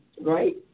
right